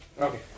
Okay